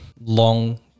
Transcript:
long